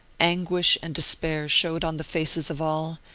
anguish and despair showed on the faces of all,